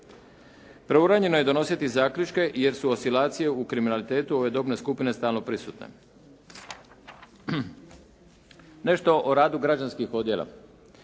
Preuranjeno je donositi zaključke jer su oscilacije u kriminalitetu ove dobne skupine stalno prisutne. Nešto o radu građanskih odjela.